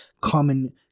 common